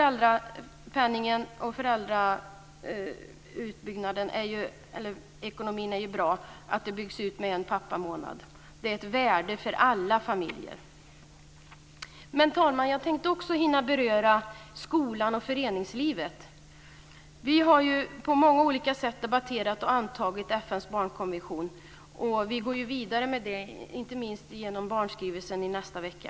Även utbyggnaden av föräldrapenningen och ytterligare en pappamånad är bra. Det har ett värde för alla familjer. Fru talman! Jag tänkte också hinna beröra skolan och föreningslivet. Vi har på många olika sätt debatterat och antagit FN:s barnkonvention. Vi går vidare med det, inte minst genom barnskrivelsen nästa vecka.